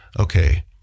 okay